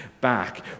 back